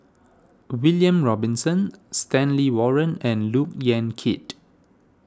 William Robinson Stanley Warren and Look Yan Kit